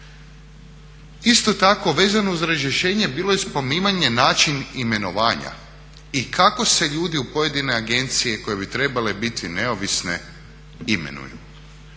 Isto tako, vezano uz razrješenje bilo je spominjanje način imenovanja i kako se ljudi u pojedine agencije koje bi trebale biti neovisne imenuju.